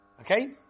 Okay